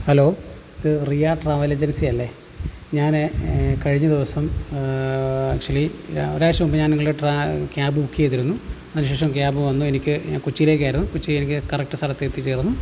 hello ഇത് Riya travel ഏജൻസിയല്ലേ ഞാൻ കഴിഞ്ഞ ദിവസം ആക്ച്വലി ഒരാഴ്ച്ച മുമ്പ് ഞാൻ നിങ്ങളുടെ ക്യാബ് ബുക്ക് ചെയ്തിരുന്നു അതിനുശേഷം ക്യാബ് വന്നു എനിക്ക് ഞാൻ കൊച്ചിയിലേക്കായിരുന്നു കൊച്ചിയിൽ എനിക്ക് കറക്റ്റ് സ്ഥലത്ത് എത്തിച്ചേർന്നു